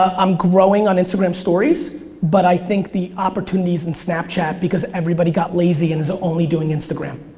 ah i'm growing on instagram stories, but i think the opportunity is in snapchat because everybody got lazy and is only doing instagram.